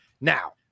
now